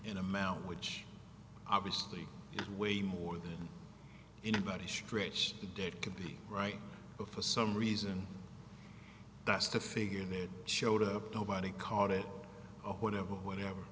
in amount which obviously is way more than anybody stritch did could be right for some reason that's the figure that showed up nobody caught it or whatever whatever